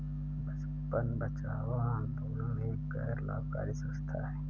बचपन बचाओ आंदोलन एक गैर लाभकारी संस्था है